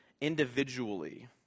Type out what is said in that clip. individually